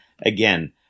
again